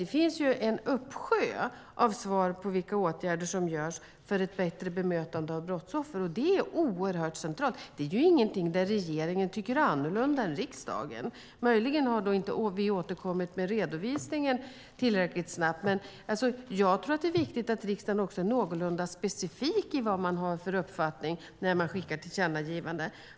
Det finns dock en uppsjö av åtgärder som görs för att vi ska få ett bättre bemötande av brottsoffer. Det är oerhört centralt, och det är inte en fråga där regeringen tycker annorlunda än riksdagen. Möjligen har vi inte återkommit med redovisningen tillräckligt snabbt. Jag tror att det är viktigt att riksdagen också är någorlunda specifik i sin uppfattning när man skickar tillkännagivanden.